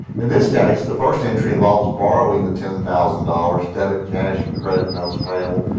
in this case, the first entry involves borrowing the ten thousand dollars debit cash and credit notes payable.